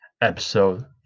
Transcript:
episode